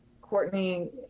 Courtney